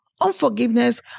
Unforgiveness